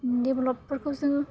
डेभ्लपफोरखौ जोङो